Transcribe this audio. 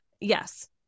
yes